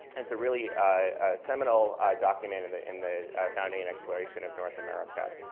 it's a really seminal document in the in the founding and exploration of north america.